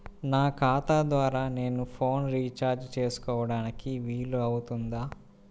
నా ఖాతా ద్వారా నేను ఫోన్ రీఛార్జ్ చేసుకోవడానికి వీలు అవుతుందా?